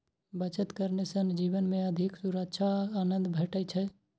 बचत करने सं जीवन मे अधिक सुरक्षाक आनंद भेटै छै